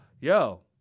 yo